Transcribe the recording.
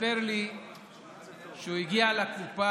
מספר לי שהוא הגיע לקופה,